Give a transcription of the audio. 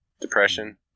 Depression